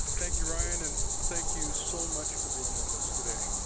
thank you, ryan and thank you so much for being with us today.